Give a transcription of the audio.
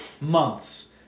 months